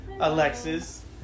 Alexis